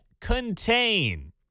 contain